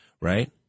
right